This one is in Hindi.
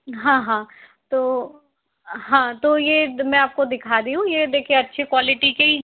हाँ हाँ तो हाँ तो ये मैं आप को दिखा रही हूँ ये अच्छी क्वालिटी के ही